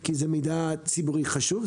כי זה מידע ציבורי חשוב,